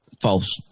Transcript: False